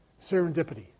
serendipity